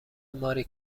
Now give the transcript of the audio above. ماری